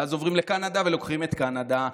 ואז עוברים לקנדה ולוקחים את קנדה.